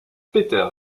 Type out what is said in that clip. peter